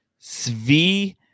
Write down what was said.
Svi